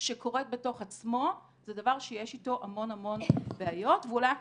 שקורית בתוך עצמו זה דבר שיש איתו המון המון בעיות ואולי אנחנו